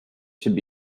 should